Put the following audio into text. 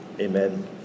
Amen